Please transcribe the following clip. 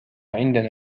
عندنا